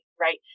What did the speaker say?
right